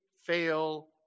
Fail